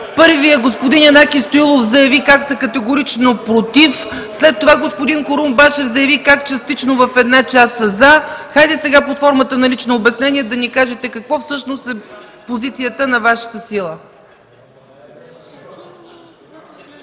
Първо, господин Янаки Стоилов каза категорично „против”, след това господин Курумбашев заяви как частично в една част са „за”. Хайде сега под формата на лично обяснение да ни кажете каква всъщност е позицията на Вашата сила.